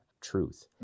truth